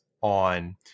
on